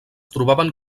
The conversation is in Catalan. trobaven